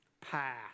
pass